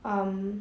um